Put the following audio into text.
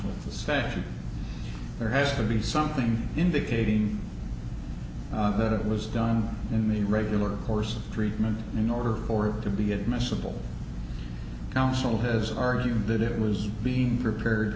with the statute there has to be something indicating that it was done in the regular course of treatment in order for it to be admissible counsel has argued that it was being prepared